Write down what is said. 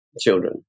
children